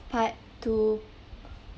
part two